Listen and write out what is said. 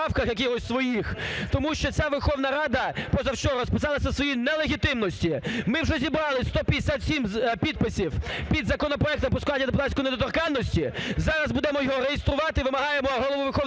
якихось своїх, тому що ця Верховна Рада позавчора розписалася в своїй нелегітимності. Ми вже зібрали 157 підписів під законопроектом про скасування депутатської недоторканності, зараз будемо його реєструвати, вимагаємо Голову Верховної Ради